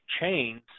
chains